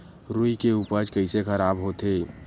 रुई के उपज कइसे खराब होथे?